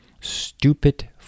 Stupid